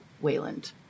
Wayland